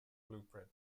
blueprint